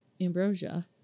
ambrosia